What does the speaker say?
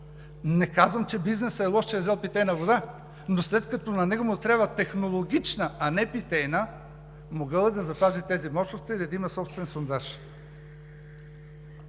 Не казвам, че бизнесът е лош, че е взел питейна вода, но след като на него му трябва технологична, а не питейна вода, е могъл да запази тези мощности или да има собствен сондаж.